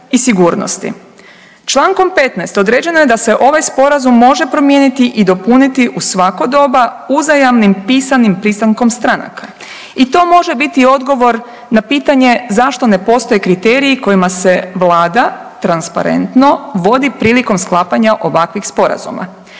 i sigurnosti. Člankom 15. određeno je da se ovaj Sporazum može promijeniti i dopuniti u svako doba uzajamnim pisanim pristankom stranaka. I to može biti odgovor na pitanje zašto ne postoje kriteriji kojima se Vlada, transparentno, vodi prilikom sklapanja ovakvih sporazuma.